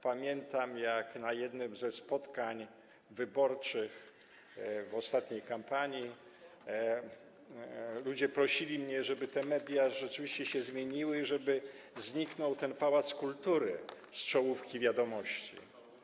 Pamiętam, jak na jednym ze spotkań wyborczych w ostatniej kampanii ludzie prosili mnie, żeby te media rzeczywiście się zmieniły i żeby zniknął ten pałac kultury z czołówki „Wiadomości”